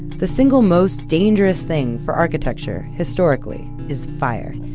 the single most dangerous thing for architecture historically is fire,